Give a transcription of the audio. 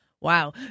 Wow